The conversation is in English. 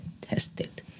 Tested